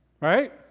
Right